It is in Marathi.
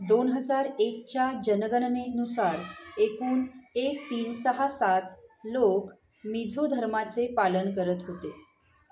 दोन हजार एकच्या जनगणनेनुसार एकून एक तीन सहा सात लोक मिझो धर्माचे पालन करत होते